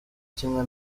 kimwe